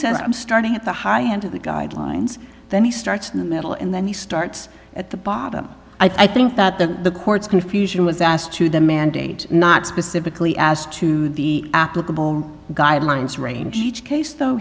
says starting at the high end of the guidelines then he starts in the middle and then he starts at the bottom i think that the court's confusion was asked to the mandate not specifically as to the applicable guidelines range each case though